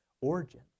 origin